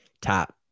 tap